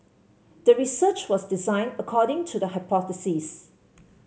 the research was designed according to the hypothesis